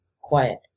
quiet